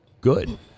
good